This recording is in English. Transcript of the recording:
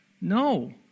No